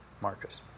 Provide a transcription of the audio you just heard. Marcus